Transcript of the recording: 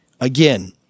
again